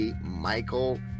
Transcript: Michael